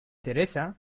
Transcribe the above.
teresa